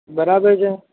બરાબર છે